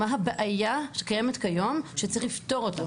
מה הבעיה שקיימת כיום שצריך לפתור אותה?